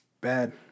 bad